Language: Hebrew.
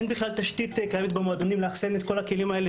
אין בכלל תשתית קיימת במועדונים לאחסן את כל הכלים האלה.